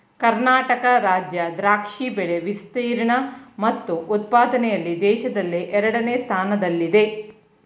ಕರ್ನಾಟಕ ರಾಜ್ಯ ದ್ರಾಕ್ಷಿ ಬೆಳೆ ವಿಸ್ತೀರ್ಣ ಮತ್ತು ಉತ್ಪಾದನೆಯಲ್ಲಿ ದೇಶದಲ್ಲೇ ಎರಡನೇ ಸ್ಥಾನದಲ್ಲಿದೆ